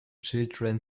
children